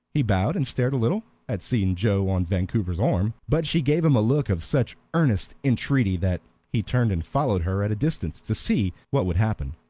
he bowed and stared a little at seeing joe on vancouver's arm, but she gave him a look of such earnest entreaty that he turned and followed her at a distance to see what would happen.